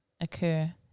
occur